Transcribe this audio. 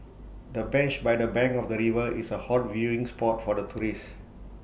the bench by the bank of the river is A hot viewing spot for the tourists